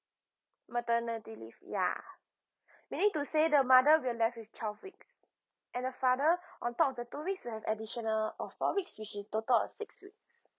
maternity leave ya meaning to say the mother will left with twelve weeks and the father on top of the two weeks will have additional of four weeks which is total of six weeks